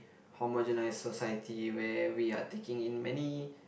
homogenise society where we are taking in many